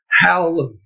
Hallelujah